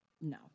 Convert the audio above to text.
No